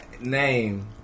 name